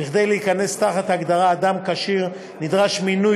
כדי להיכנס תחת ההגדרה "אדם כשיר" נדרש מינוי